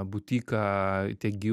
butiką tiek gy